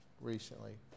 recently